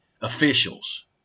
officials